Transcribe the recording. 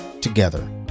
together